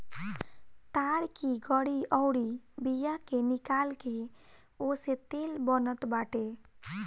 ताड़ की गरी अउरी बिया के निकाल के ओसे तेल बनत बाटे